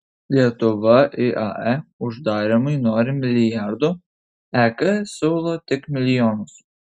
lietuva iae uždarymui nori milijardų ek siūlo tik milijonus